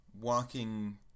walking